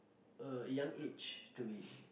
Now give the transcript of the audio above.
a young age to be